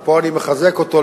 ופה אני מחזק אותו,